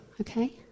okay